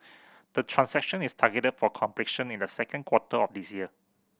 the transaction is targeted for completion in the second quarter of this year